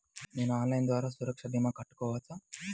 నేను ఆన్లైన్ ద్వారా సురక్ష భీమా కట్టుకోవచ్చా?